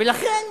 ולכן